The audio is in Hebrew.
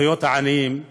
זכויות העניים,